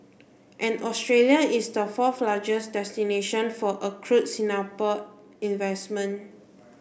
and Australia is the fourth largest destination for accrued Singapore investment